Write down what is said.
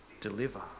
deliver